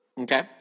Okay